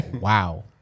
Wow